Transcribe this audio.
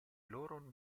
loro